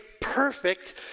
perfect